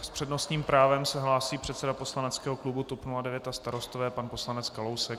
S přednostním právem se hlásí předseda poslaneckého klubu TOP 09 a Starostové pan poslanec Kalousek.